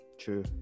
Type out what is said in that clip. true